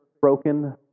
broken